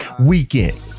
weekend